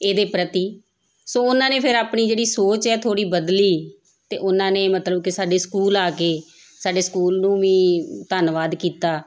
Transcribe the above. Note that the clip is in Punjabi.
ਇਹਦੇ ਪ੍ਰਤੀ ਸੋ ਉਹਨਾਂ ਨੇ ਫਿਰ ਆਪਣੀ ਜਿਹੜੀ ਸੋਚ ਹੈ ਥੋੜ੍ਹੀ ਬਦਲੀ ਅਤੇ ਉਹਨਾਂ ਨੇ ਮਤਲਬ ਕਿ ਸਾਡੇ ਸਕੂਲ ਆ ਕੇ ਸਾਡੇ ਸਕੂਲ ਨੂੰ ਵੀ ਧੰਨਵਾਦ ਕੀਤਾ